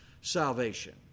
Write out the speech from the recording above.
salvation